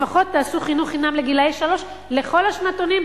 לפחות תעשו חינוך חינם לגילאי שלוש לכל העשירונים,